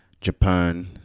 japan